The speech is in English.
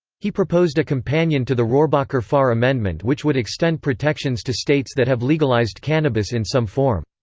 he proposed a companion to the rohrabacher-farr amendment which would extend protections to states that have legalized cannabis in some form.